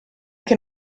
che